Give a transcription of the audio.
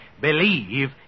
believe